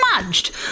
smudged